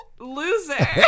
loser